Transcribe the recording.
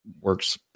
works